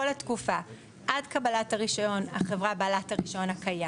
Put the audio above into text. עד אותו רגע זה רשות